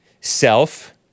self